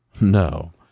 No